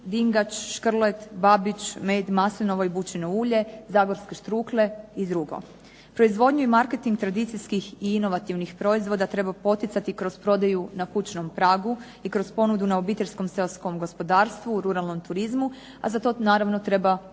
dingač, škrlet, Babić, med, maslinovo i bućino ulje, zagorske štrukle i drugo. Proizvodnju i marketing tradicijskih i inovativnih proizvoda treba poticati kroz prodaju na kućnom pragu i kroz ponudu na obiteljskom seoskom gospodarstvu u ruralnom turizmu, a za to naravno treba osigurati